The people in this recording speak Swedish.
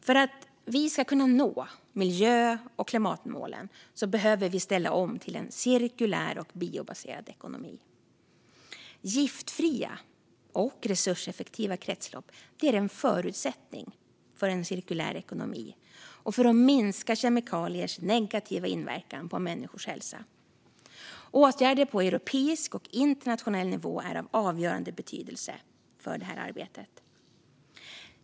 För att vi ska kunna nå miljö och klimatmålen behöver vi ställa om till en cirkulär och biobaserad ekonomi. Giftfria och resurseffektiva kretslopp är en förutsättning för en cirkulär ekonomi och för att minska kemikaliers negativa inverkan på människors hälsa. Åtgärder på europeisk och internationell nivå är av avgörande betydelse för detta arbete.